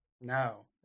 no